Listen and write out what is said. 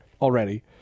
already